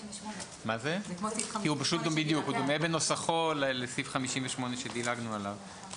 הוא דומה בנוסחו לסעיף 58 עליו דילגנו.